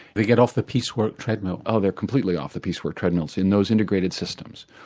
they get off the piece work treadmill? oh, they are completely off the piece work treadmill in those integrated systems.